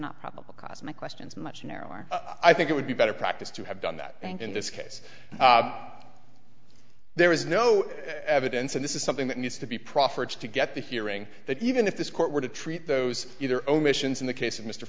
not probable cause my question is much narrower i think it would be better practice to have done that in this case there is no evidence and this is something that needs to be proffered to get the hearing that even if this court were to treat those either omissions in the case of mr